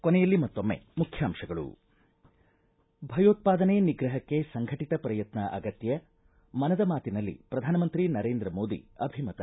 ಕೊನೆಯಲ್ಲಿ ಮತ್ತೊಮ್ಮೆ ಮುಖ್ಯಾಂಶಗಳು ಭಯೋತ್ವಾದನೆ ನಿಗ್ರಹಕ್ಕೆ ಸಂಘಟಿತ ಪ್ರಯತ್ನ ಅಗತ್ಯ ಮನದ ಮಾತಿನಲ್ಲಿ ಪ್ರಧಾನಮಂತ್ರಿ ನರೇಂದ್ರ ಮೋದಿ ಅಭಿಮತ